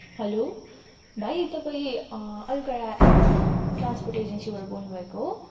hello भाइ तपाईँ अलगढा ट्रान्सपोर्ट एजेन्सीबाट बोल्नु भएको हो